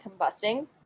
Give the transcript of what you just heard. combusting